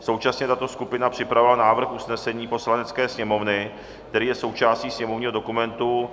Současně tato skupina připravila návrh usnesení Poslanecké sněmovny, který je součástí sněmovního dokumentu 7332.